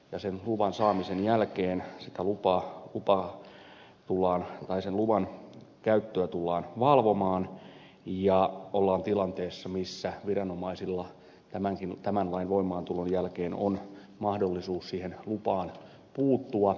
tosin kuvan saamisen jälkeen sitä pitää olla lupa ja sen luvan käyttöä tullaan valvomaan ja silloin ollaan tilanteessa missä viranomaisilla tämän lain voimaantulon jälkeen on mahdollisuus siihen lupaan puuttua